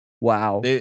Wow